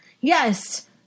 yes